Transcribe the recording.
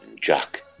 Jack